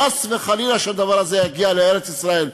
חס וחלילה שהדבר הזה יגיע לארץ-ישראל.